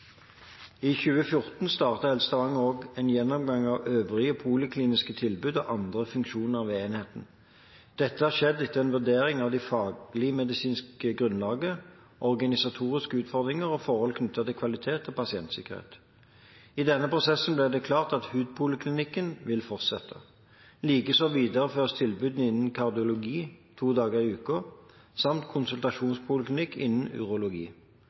I 2014 startet Helse Stavanger også en gjennomgang av øvrige polikliniske tilbud og andre funksjoner ved enheten. Dette har skjedd etter en vurdering av det fagligmedisinske grunnlaget, organisatoriske utfordringer og forhold knyttet til kvalitet og pasientsikkerhet. I denne prosessen ble det klart at hudpoliklinikken vil fortsette. Likeså videreføres tilbudet innen kardiologi to dager i uka, samt konsultasjonspoliklinikk innen urologi.